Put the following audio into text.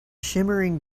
shimmering